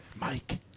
Mike